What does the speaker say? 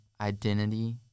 identity